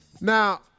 Now